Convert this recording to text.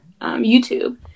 youtube